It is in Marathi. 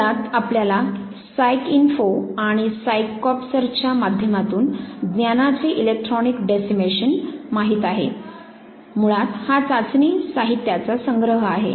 मुळात आपल्याला साय्कइन्फो आणि सायकॉर्प्सच्या माध्यमातून ज्ञानाचे इलेक्ट्रॉनिक डेसिमिशन माहीत आहे मुळात हा चाचणी साहित्याचा संग्रह आहे